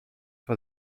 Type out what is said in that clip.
for